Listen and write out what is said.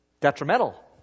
detrimental